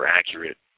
accurate